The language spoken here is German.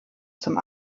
zum